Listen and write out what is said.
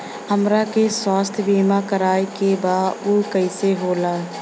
हमरा के स्वास्थ्य बीमा कराए के बा उ कईसे होला?